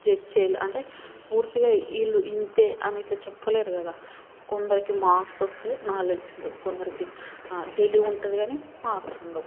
judge చెయ్యలే అంటే పూర్తిగా వీళ్ళు ఇంతే అని ఇట్లా చెప్పలేరు కదా కొందరికి మార్క్స్ వస్తాయి నాలెడ్జ్ ఉండదు కొందరికి తెలివి ఉంటుంది కాని మార్క్స్ ఉండవు